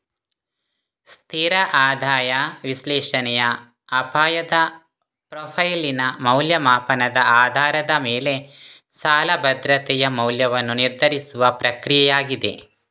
ಸ್ಥಿರ ಆದಾಯ ವಿಶ್ಲೇಷಣೆಯ ಅಪಾಯದ ಪ್ರೊಫೈಲಿನ ಮೌಲ್ಯಮಾಪನದ ಆಧಾರದ ಮೇಲೆ ಸಾಲ ಭದ್ರತೆಯ ಮೌಲ್ಯವನ್ನು ನಿರ್ಧರಿಸುವ ಪ್ರಕ್ರಿಯೆಯಾಗಿದೆ